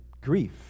grief